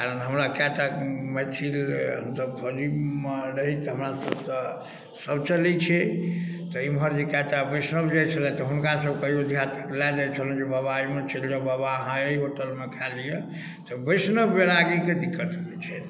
कारण हमरा कए टा मैथिल हमसब बजै मे रही छी तऽ हमरा सबके सब चलै छियै तऽ इम्हर जे एक आधटा बैष्णव जाइ छलथि हुनका सबके अयोध्या लए जाइ छलहुॅं जे बाबा आहाँ एहिमे चलि जाउ बाबा आहाँ एहि होटल मे खाय लिअ तऽ बैष्णव बेरागीके दिक्कत होइ छै